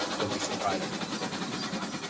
don't be surprised if it's over before